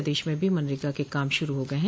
प्रदेश में भी मनरेगा के काम शुरु हो गए है